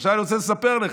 עכשיו אני רוצה לספר לך,